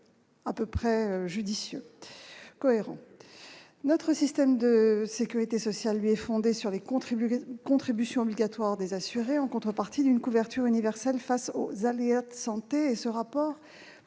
cohérent ! C'est normal ! Notre système de sécurité sociale, lui, est fondé sur les contributions obligatoires des assurés en contrepartie d'une couverture universelle face aux aléas de santé. Le rapport